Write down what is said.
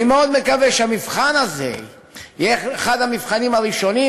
אני מאוד מקווה שהמבחן הזה יהיה אחד המבחנים הראשונים,